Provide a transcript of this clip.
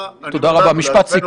כדי להתמודד עם המגיפה הזאת,